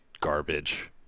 garbage